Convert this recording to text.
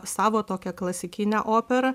savo tokią klasikinę operą